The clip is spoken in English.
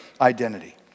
identity